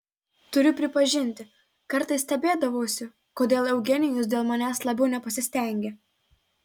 turiu pripažinti kartais stebėdavausi kodėl eugenijus dėl manęs labiau nepasistengia